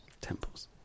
temples